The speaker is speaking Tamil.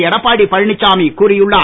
எடப்பாடிபழனிச்சாமி கூறியுள்ளார்